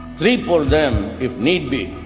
triple them if need be.